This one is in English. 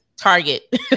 target